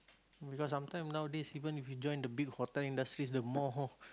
because sometimes nowadays even you join the big hotel industry the more